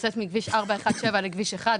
יוצאת מכביש 417 לכביש 1,